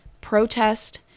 protest